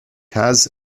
has